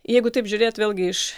jeigu taip žiūrėt vėlgi iš